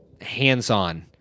hands-on